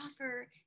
offer